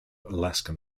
alaskan